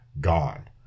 gone